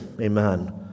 Amen